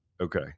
Okay